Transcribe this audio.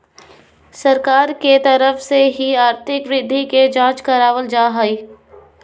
सरकार के तरफ से ही आर्थिक वृद्धि के जांच करावल जा हय